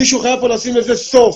מישהו חייב פה לשים לזה סוף